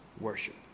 worship